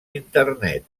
internet